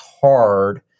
hard